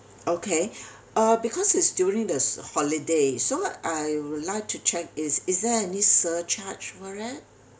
okay uh because it's during this holiday so I would like to check is is there any surcharge for it